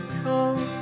come